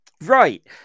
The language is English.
right